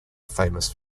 famous